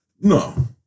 No